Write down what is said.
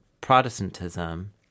Protestantism